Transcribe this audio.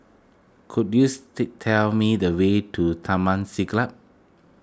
could you tell me the way to Taman Siglap